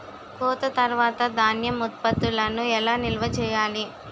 కోత తర్వాత ధాన్యం ఉత్పత్తులను ఎలా నిల్వ చేయాలి?